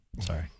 Sorry